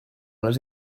les